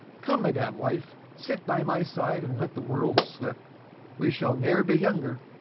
come, madam wife, sit by my side and let the world slip we shall ne'er be younger.